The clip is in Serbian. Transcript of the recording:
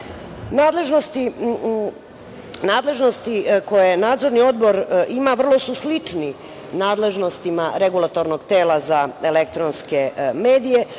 godine. Nadležnosti koje Nadzorni odbor ima vrlo su slični nadležnostima Regulatornog tela za elektronske medije,